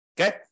Okay